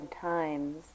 times